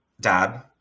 Dad